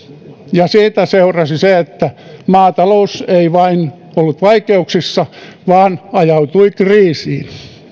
ja siitä seurasi se että maatalous ei vain ollut vaikeuksissa vaan ajautui kriisiin